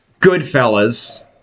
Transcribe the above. Goodfellas